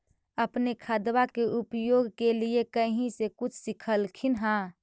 अपने खादबा के उपयोग के लीये कही से कुछ सिखलखिन हाँ?